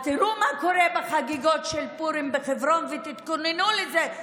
אז תראו מה קורה בחגיגות של פורים בחברון ותתכוננו לזה,